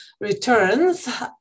returns